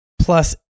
plus